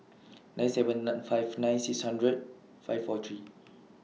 nine seven nine five nine six hundred five four three